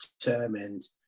determined